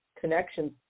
connections